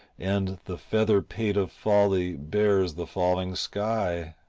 and the feather pate of folly bears the falling sky.